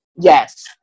yes